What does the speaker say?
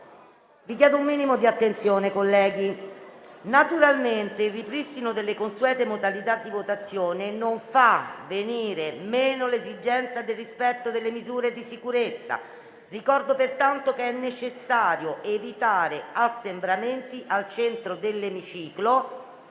innanzi al banco della Presidenza. Naturalmente il ripristino delle consuete modalità di votazione non fa venire meno l'esigenza del rispetto delle misure di sicurezza. Ricordo pertanto che è necessario evitare assembramenti al centro dell'emiciclo